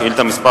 שאילתא מס'